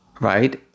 right